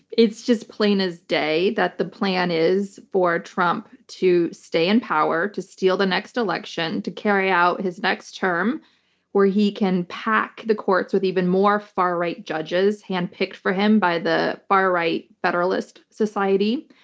it's just plain as day that the plan is for trump to stay in power, to steal the next election, to carry out his next term where he can pack the courts with even more far right judges, handpicked for him by the far right federalist society,